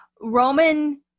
roman